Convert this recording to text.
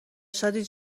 شادی